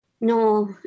No